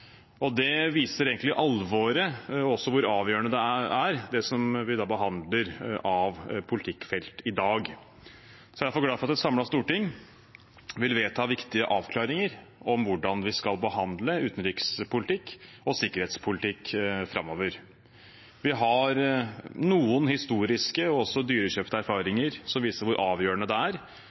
Det viser egentlig alvoret i og hvor avgjørende det er, det vi behandler av politikkfelt i dag. Jeg er derfor glad for at et samlet storting vil vedta viktige avklaringer om hvordan vi skal behandle utenrikspolitikk og sikkerhetspolitikk framover. Vi har noen historiske – og også dyrekjøpte – erfaringer som viser hvor avgjørende det er